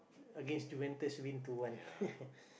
against Juventus win two one